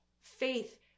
Faith